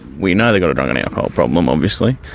we know they've got a drug and alcohol problem um obviously,